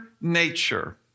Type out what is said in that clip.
nature